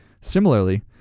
Similarly